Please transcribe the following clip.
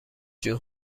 جون